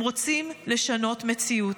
הם רוצים לשנות מציאות.